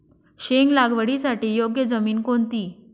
शेंग लागवडीसाठी योग्य जमीन कोणती?